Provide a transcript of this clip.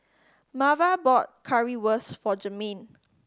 Marva bought Currywurst for Jermain